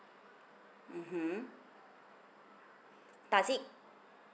mmhmm does it